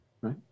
right